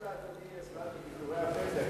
איך לאדוני יש זמן לביקורי הפתע?